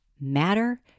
matter